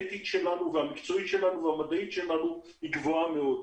האתית והמדעית שלנו גבוהה מאוד.